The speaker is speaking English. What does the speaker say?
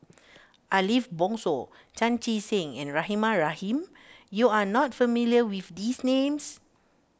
Ariff Bongso Chan Chee Seng and Rahimah Rahim you are not familiar with these names